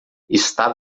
está